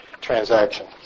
transaction